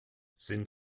sind